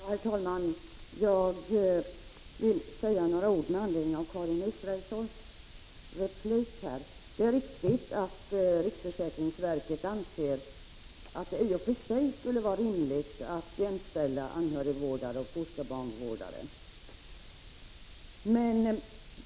Herr talman! Jag vill säga några ord med anledning av Karin Israelssons replik. Det är riktigt att riksförsäkringsverket anser att det i och för sig skulle vara rimligt att jämställa anhörigvårdare och fosterbarnvårdare.